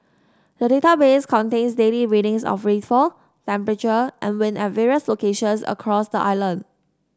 the database contains daily readings of rainfall temperature and wind at various locations across the island